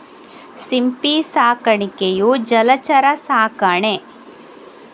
ಸಿಂಪಿ ಸಾಕಾಣಿಕೆಯು ಜಲಚರ ಸಾಕಣೆ